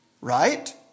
right